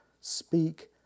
speak